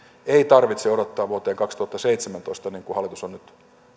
ei tarvitse odottaa vuoteen kaksituhattaseitsemäntoista niin kuin hallitus on nyt